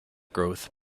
growth